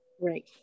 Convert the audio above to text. right